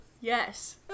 yes